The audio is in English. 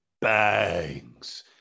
bangs